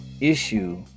issue